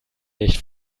nicht